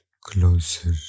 closer